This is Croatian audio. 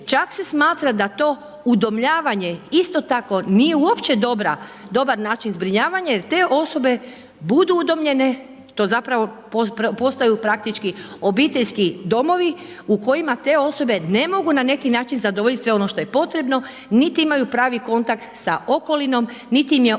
čak se smatra da to udomljavanje isto tako nije uopće dobar način zbrinjavanja jer te osobe budu udomljene, to zapravo postaju praktički obiteljski domovi u kojima te osobe ne mogu na neki način zadovoljiti sve ono što je potrebno niti imaju pravi kontakt sa okolinom niti im je omogućeno